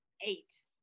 eight